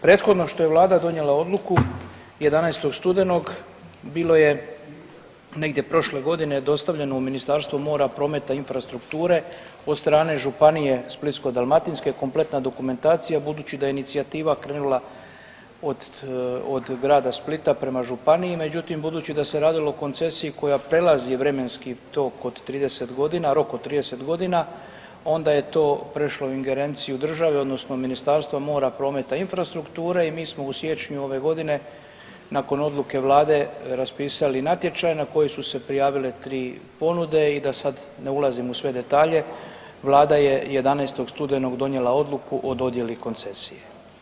Prethodno što je Vlada donijela Odluku 11. studenog bilo je negdje prošle godine dostavljeno u Ministarstvo mora, prometa i infrastrukture od strane županije Splitsko-dalmatinske, kompletna dokumentacija, budući da je inicijativa krenula od grada Splita prema županiji, međutim, budući da se radilo o koncesiji koja prelazi vremenski tok od 30 godina, rok od 30 godina, onda je to prešlo u ingerenciju države, odnosno Ministarstvo mora, prometa i infrastrukture i mi smo u siječnju ove godine nakon Odluke Vlade raspisali natječaj na koji su se prijavile 3 ponude i da sad ne ulazim u sve detalje, Vlada je 11. studenog donijela Odluku o dodjeli koncesije.